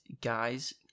guys